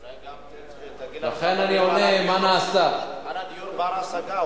אולי גם תגיד לנו על הדיור בר-ההשגה,